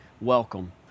Welcome